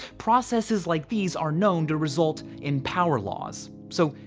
processes like these are known to result in power laws. so,